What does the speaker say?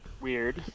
Weird